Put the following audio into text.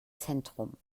zentrum